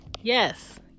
Yes